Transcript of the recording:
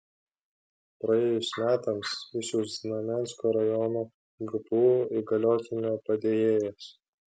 praėjus metams jis jau znamensko rajono gpu įgaliotinio padėjėjas